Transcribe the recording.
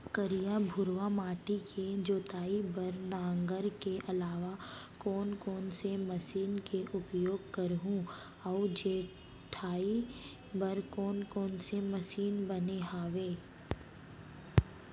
करिया, भुरवा माटी के जोताई बर नांगर के अलावा कोन कोन से मशीन के उपयोग करहुं अऊ जोताई बर कोन कोन से मशीन बने हावे?